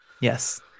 Yes